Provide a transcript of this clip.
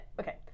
okay